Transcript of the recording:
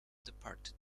departed